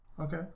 Okay